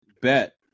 Bet